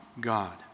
God